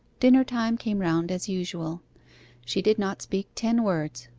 dinner-time came round as usual she did not speak ten words,